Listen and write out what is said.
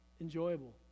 enjoyable